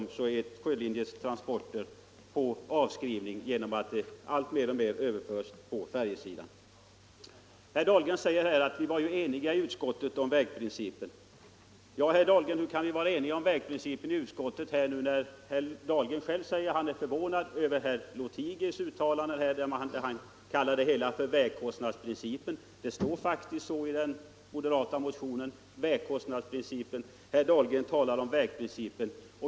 Dessutom är Sjölinjers transporter på avskrivning genom att de alltmer överförs till färjor. Herr Dahlgren säger att vi var eniga i utskottet om vägprincipen. Hur kan vi vara eniga om den när herr Dahlgren själv säger att han är förvånad över att herr Lothigius talar om vägkostnadsprincipen. Det står faktiskt också så i den moderata motionen. Herr Dahlgren däremot talar om vägprincipen.